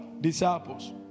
disciples